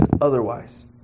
otherwise